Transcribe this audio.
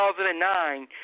2009